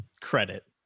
Credit